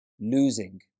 losing